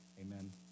amen